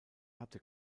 hatte